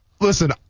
listen